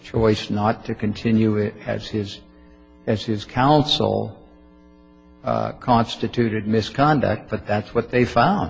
choice not to continue it as his as his counsel constituted misconduct but that's what they found